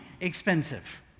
expensive